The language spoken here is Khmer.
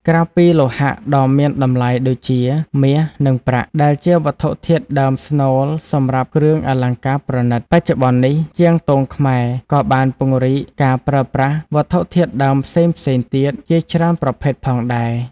ក្រៅពីលោហៈដ៏មានតម្លៃដូចជា មាស និងប្រាក់ ដែលជាវត្ថុធាតុដើមស្នូលសម្រាប់គ្រឿងអលង្ការប្រណីត បច្ចុប្បន្ននេះជាងទងខ្មែរក៏បានពង្រីកការប្រើប្រាស់ វត្ថុធាតុដើមផ្សេងៗទៀត ជាច្រើនប្រភេទផងដែរ។